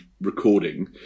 recording